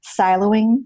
siloing